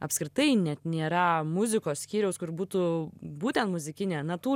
apskritai net nėra muzikos skyriaus kur būtų būtent muzikinė natų